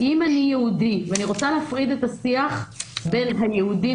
רוצה להפריד את השיח בין היהודים